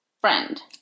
Friend